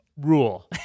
rule